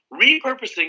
repurposing